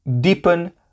deepen